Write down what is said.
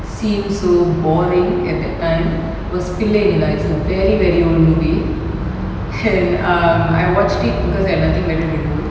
seem so boring at that time was Pillai Nila nila is a very very old movie and um I watched it because I have nothing better to do